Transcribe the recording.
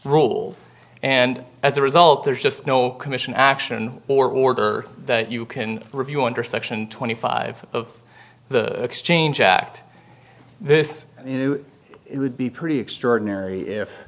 rule and as a result there's just no commission action or order that you can review under section twenty five of the exchange act this new it would be pretty extraordinary if